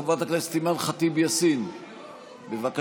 חברת הכנסת אימאן ח'טיב יאסין, בבקשה.